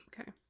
Okay